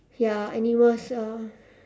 ya animals ah